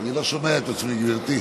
אני לא שומע את עצמי, גברתי.